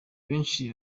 benshi